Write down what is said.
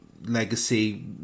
legacy